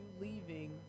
leaving